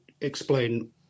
explain